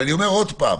ואני אומר עוד פעם,